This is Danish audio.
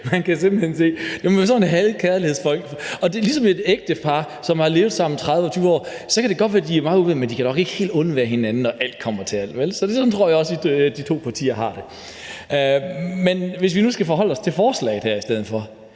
Man kan simpelt hen se, at det må være sådan et had-kærligheds-forhold, og det er ligesom et ægtepar, som har levet sammen i 20-30 år: Det kan godt være, at de er meget uvenner, men de kan nok ikke helt undvære hinanden, når alt kommer til alt, vel? Sådan tror jeg også de to partier har det. Men hvis jeg nu skal forholde mig til forslaget her i stedet for,